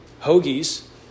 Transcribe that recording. hoagies